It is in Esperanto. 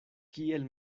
kiel